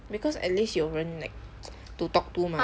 because at least 有人 like to talk to mah